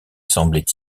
semblaient